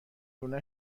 لونه